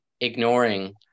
ignoring